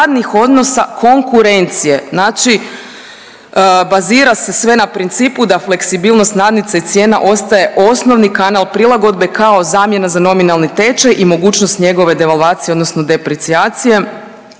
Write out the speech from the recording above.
radnih odnosa konkurencije. Znači bazira se sve na principu da fleksibilnost nadnice i cijena ostaje osnovni kanal prilagodbe kao zamjena za nominalni tečaj i mogućnost njegove devalvacije odnosno deprecijacije.